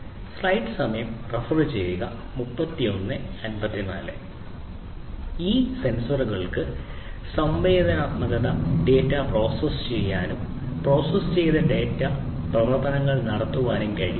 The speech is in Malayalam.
ഈ ബുദ്ധിമാനായ സെൻസറുകൾക്ക് സംവേദനാത്മക ഡാറ്റ പ്രോസസ്സ് ചെയ്യാനും ഡാറ്റ പ്രോസസ്സ് ചെയ്തുകൊണ്ട് മുൻകൂട്ടി നിർവചിക്കപ്പെട്ട പ്രവർത്തനങ്ങൾ നടത്താനും കഴിയും